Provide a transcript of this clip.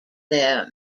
their